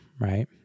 right